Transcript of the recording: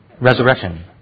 resurrection